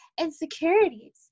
insecurities